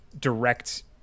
direct